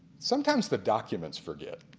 sometimes the documents forget.